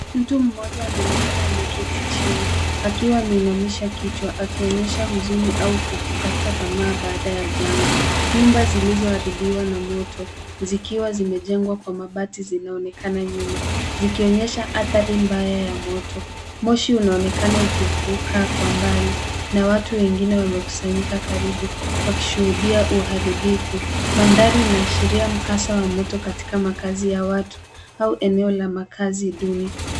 Mtu mmoja anaonekana ameketi chini akiwa ameinamisha kichwa akionyesha huzuni au kukata tamaa baada ya janga nyumba zilizoharibiwa na moto zikiwa zimejengwa Kwa mabati zinaoonekana nyuma zikionyesha athari mbaya ya moto moshi unaonekana ukifika Kwa mbali watu wengine wamekusanyika karibuwakishuhudia uharibifu mandhari inaashiria mkasa wa moto katika makazi ya watu au eneo la makazi duni.